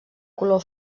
color